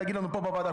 ויגיד לנו פה בוועדה.